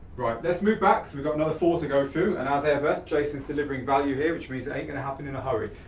right, let's move back because we got another four to go through, and as ever, jason's delivering value here, which means it ain't gonna happen in a hurry.